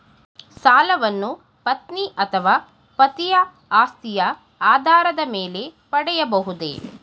ಸಾಲವನ್ನು ಪತ್ನಿ ಅಥವಾ ಪತಿಯ ಆಸ್ತಿಯ ಆಧಾರದ ಮೇಲೆ ಪಡೆಯಬಹುದೇ?